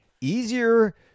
easier